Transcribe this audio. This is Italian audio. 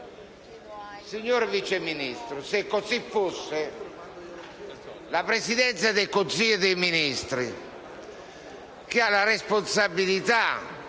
Signor Vice Ministro, se così fosse, la Presidenza del Consiglio dei ministri, che ha la responsabilità